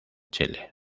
chile